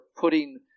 putting